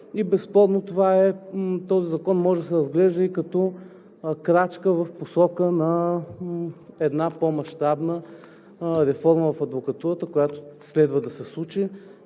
Безспорно този закон може да се разглежда и като крачка в посока на по-мащабна реформа в адвокатурата, която следва да се случи